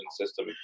system